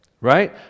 Right